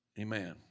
Amen